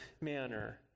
manner